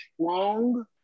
strong